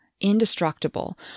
indestructible